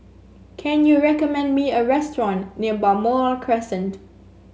can you recommend me a restaurant near Balmoral Crescent